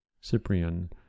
Cyprian